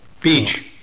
Beach